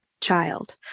child